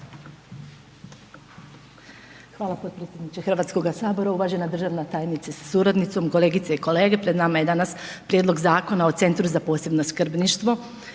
Hvala potpredsjedniče HS-a, uvažena državna tajnice sa suradnicom. Kolegice i kolege, pred nama je danas Prijedlog Zakona o Centru za posebno skrbništvo.